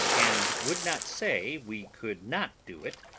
and would not say we could not do it,